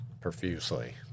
profusely